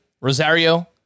Rosario